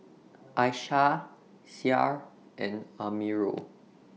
Aishah Syah and Amirul